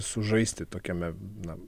sužaisti tokiame na